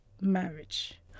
marriage